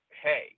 hey